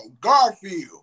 Garfield